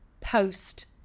post